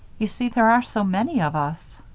you see there are so many of us.